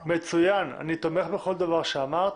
אני תומך בכל דבר שאמר.